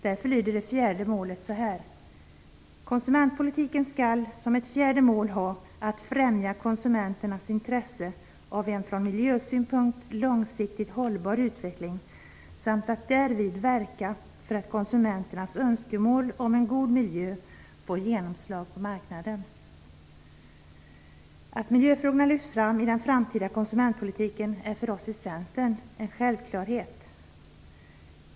Därför lyder det fjärde målet så här: Konsumentpolitiken skall som ett fjärde mål ha att främja konsumenternas intresse av en från miljösynpunkt långsiktigt hållbar utveckling samt att därvid verka för att konsumenternas önskemål om en god miljö får genomslag på marknaden. Att miljöfrågorna lyfts fram i den framtida konsumentpolitiken är för oss i Centern en självklarhet.